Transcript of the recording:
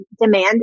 demand